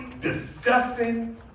disgusting